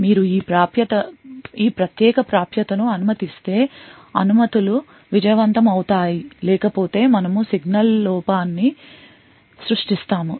మీరు ఈ ప్రత్యేక ప్రాప్యతను అనుమతిస్తే అనుమతులు విజయవంతమవుతాయి లేకపోతే మనము సిగ్నల్ లోపాన్ని సృష్టిస్తాము